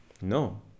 No